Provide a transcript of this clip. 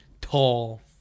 tall